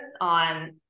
on